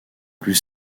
plus